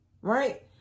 Right